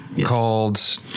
Called